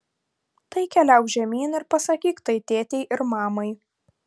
tai keliauk žemyn ir pasakyk tai tėtei ir mamai